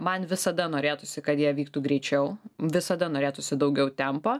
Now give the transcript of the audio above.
man visada norėtųsi kad jie vyktų greičiau visada norėtųsi daugiau tempo